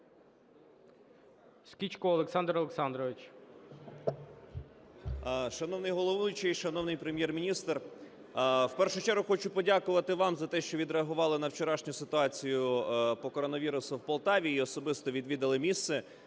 Шановний головуючий, шановний Прем'єр-міністр! В першу чергу, хочу подякувати вам за те, що відреагували на вчорашню ситуацію по коронавірусу в Полтаві і особисто відвідали місце,